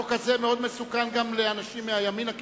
החוק הזה מאוד מסוכן גם לאנשים מהימין הקיצוני,